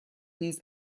نیز